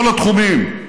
לכל התחומים.